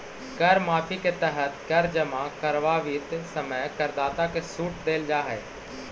कर माफी के तहत कर जमा करवावित समय करदाता के सूट देल जाऽ हई